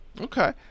Okay